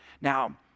Now